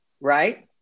right